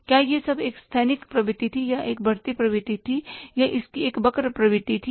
क्या यह सब एक स्थैतिक प्रवृत्ति थी या यह एक बढ़ती प्रवृत्ति थी या इसकी एक वक्र प्रवृत्ति थी